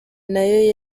nayo